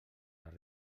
les